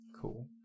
Cool